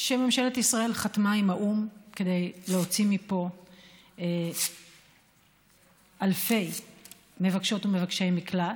שממשלת ישראל חתמה עם האו"ם כדי להוציא מפה אלפי מבקשות ומבקשי מקלט,